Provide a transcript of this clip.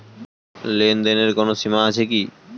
লেনদেনের কোনো সীমা আছে কি?